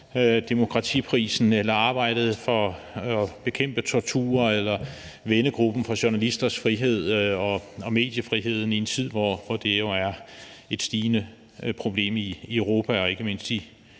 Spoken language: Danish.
Demokratiprisen, arbejdet for at bekæmpe tortur eller vennegruppen for journalisters frihed og mediefriheden i en tid, hvor det jo er et stigende problem i Europa og ikke mindst i